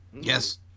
Yes